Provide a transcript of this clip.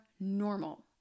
normal